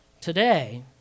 Today